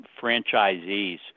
franchisees